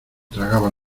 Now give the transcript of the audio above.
tragaba